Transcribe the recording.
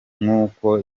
nk’uko